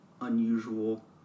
unusual